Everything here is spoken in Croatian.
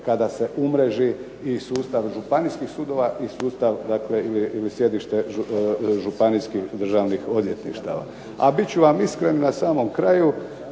kada se umreži i sustav županijskih sudova i sustav ili sjedište županijskih državnih odvjetništava. A bit ću vam iskren na samom kraju,